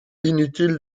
inutile